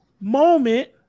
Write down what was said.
moment